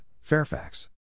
Fairfax